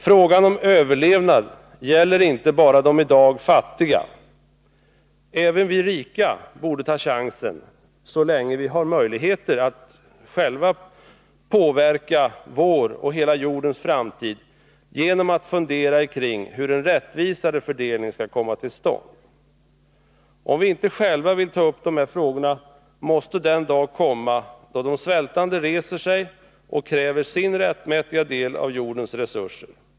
Frågan om överlevnad gäller inte bara de i dag fattiga. Även vi rika borde ta chansen — så länge vi har möjligheten — att själva påverka vår och hela jordens framtid genom att fundera på hur en rättvisare fördelning skall komma till stånd. Om vi inte själva vill börja diskutera dessa frågor måste den dag komma då de svältande reser sig och kräver sin rättmätiga del av jordens resurser.